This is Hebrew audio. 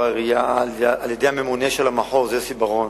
העירייה על-ידי הממונה על המחוז יוסי ברון,